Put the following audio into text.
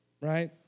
right